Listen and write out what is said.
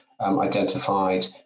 identified